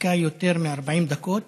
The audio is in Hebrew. חיכה יותר מ-40 דקות